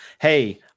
Hey